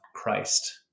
Christ